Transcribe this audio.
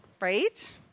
Right